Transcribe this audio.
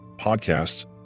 podcasts